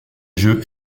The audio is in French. jeux